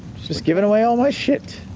just giving away all my shit.